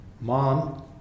Mom